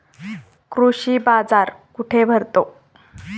कृषी बाजार कुठे भरतो?